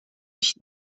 nicht